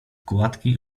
gładki